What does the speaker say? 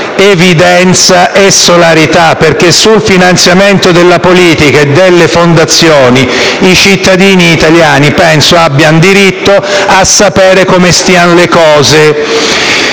evidenza e solarità, perché sul finanziamento della politica e delle fondazioni i cittadini italiani penso abbiano diritto a sapere come stiano le cose.